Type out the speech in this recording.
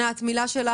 ענת, מילה שלך.